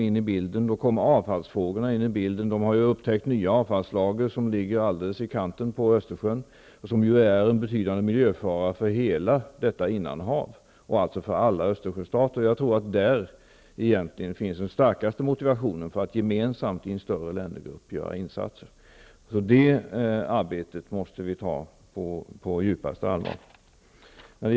Då kommer Helkom och avfallsfrågorna in i bilden. Man har upptäckt nya avfallslager alldeles i kanten av Östersjön vilka är en betydande miljöfara för hela detta innanhav och alltså för alla Östersjöstater. Jag tror att detta kan bli den starkaste motivationen för att gemensamt i en vidare ländergrupp göra större insatser. Det arbetet måste vi ta på djupaste allvar.